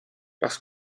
parce